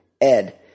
Ed